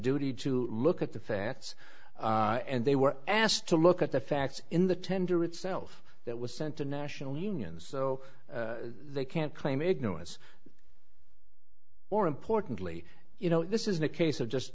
duty to look at the facts and they were asked to look at the facts in the tender itself that was sent to national unions so they can't claim ignorance more importantly you know this isn't a case of just